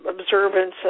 observance